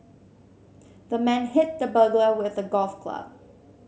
the man hit the burglar with a golf club